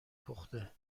پخته